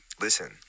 listen